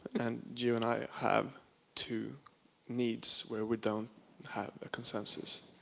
and you and i have two needs where we don't have a consensus,